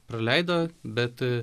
praleido bet